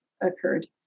occurred